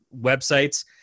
websites